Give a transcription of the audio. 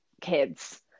kids